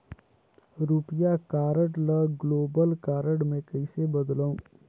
रुपिया कारड ल global card मे कइसे बदलव?